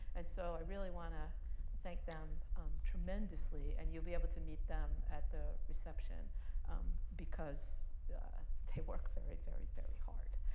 and so i really want to thank them tremendously and you'll be able to meet them at the reception because they work very, very, very hard.